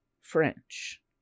French